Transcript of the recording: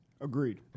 Agreed